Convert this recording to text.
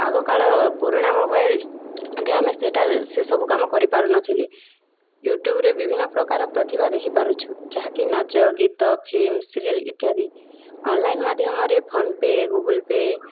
ଆଗ କାଳ ପୁରୁଣା ମୋବାଇଲ୍ ରେ ଆମେ ସେଇଟା ସେସବୁ କାମ କରିପାରୁନଥିଲେ ୟୁଟ୍ୟୁବରେ ବିଭିନ୍ନ ପ୍ରକାର ପ୍ରତିଭା ଦେଖିପାରୁଛୁ ଯାହାକି ନାଚ ଗୀତ ଫିଲ୍ମ ସିରିଏଲ୍ ଇତ୍ୟାଦି ଅନ୍ଲାଇନ୍ ମାଧ୍ୟମରେ ଫୋନ୍ ପେ' ଗୁଗୁଲ୍ ପେ'